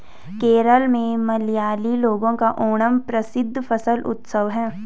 केरल में मलयाली लोगों का ओणम प्रसिद्ध फसल उत्सव है